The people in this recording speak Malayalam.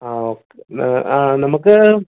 ആ ഓക്കേ എന്നാൽ ആ നമുക്ക്